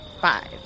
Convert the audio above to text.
five